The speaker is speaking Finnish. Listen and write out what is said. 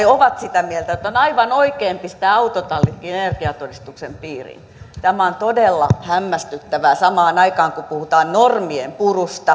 ovat sitä mieltä että on aivan oikein pistää autotallitkin energiatodistuksen piiriin tämä on todella hämmästyttävää samaan aikaan kun puhutaan normien purusta